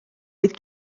oedd